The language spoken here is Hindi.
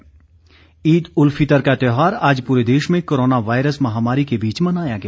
ईद ईद उल फितर का त्योहार आज पूरे देश में कोरोना वायरस महामारी के बीच मनाया गया